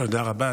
תודה רבה.